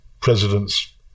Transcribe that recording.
presidents